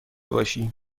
باشی